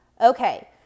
Okay